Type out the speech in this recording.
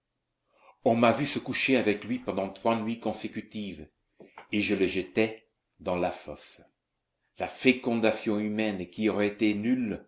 on m'a vu se coucher avec lui pendant trois nuits consécutives et je le jetai dans la fosse la fécondation humaine qui aurait été nulle